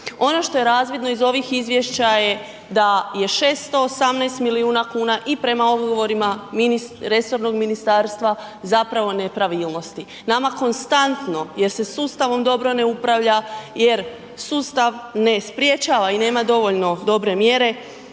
Ono što je razvodno iz ovih izvješća je da je 618 milijuna i prema odgovorima resornog ministarstva zapravo nepravilnosti. Nama konstantno jer se sustavom dobro ne upravlja jer sustav ne sprečava i nema dovoljno dobre mjere,